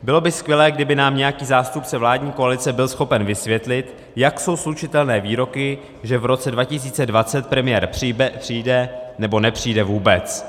Bylo by skvělé, kdyby nám nějaký zástupce vládní koalice byl schopen vysvětlit, jak jsou slučitelné výroky, že v roce 2020 premiér přijde, nebo nepřijde vůbec.